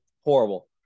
Horrible